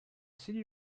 city